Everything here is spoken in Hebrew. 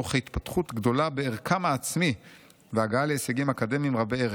תוך התפתחות גדולה בערכם העצמי והגעה להישגים אקדמיים רבי-ערך.